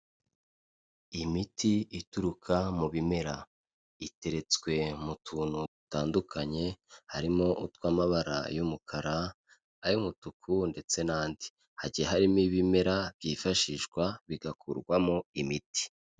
Imiti ituruka mu bimera iteretswe mu tuntu dutandukanye harimo utw'amabara y'umukara, ay'umutuku ndetse n'andi. Hagiye harimo ibimera byifashishwa bigakurwamo imiti.